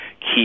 key